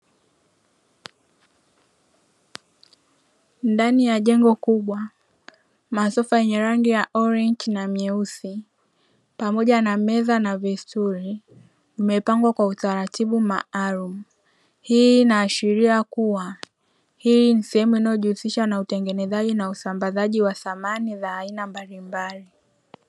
Ndani ya jengo kubwa masofa yenye rangi ya orenji na meusi pamoja na meza na vistuli vimepangwa kwa utaratibu maalim. Hii inaashiria kua hii ni sehemu inayo jihusisha na utengenezaji na usambazaji wa samani za aina mbalimbali.